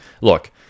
look